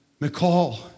McCall